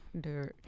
Dirt